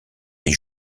des